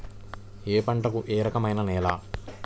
ఏ పంటకు ఏ రకమైన నేల?